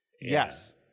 Yes